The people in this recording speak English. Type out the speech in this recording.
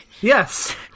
Yes